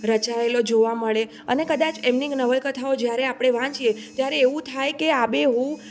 રચાયેલો જોવા મળે અને કદાચ એમની નવલકથાઓ જ્યારે આપણે વાંચીએ ત્યારે એવું થાય કે આબેહૂબ